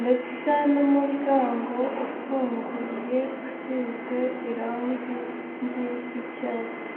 ndetse n'umuryango ufunguye, usize irangigi ry'icyatsi.